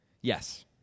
Yes